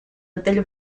hotel